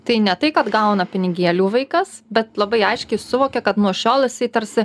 tai ne tai kad gauna pinigėlių vaikas bet labai aiškiai suvokia kad nuo šiol jisai tarsi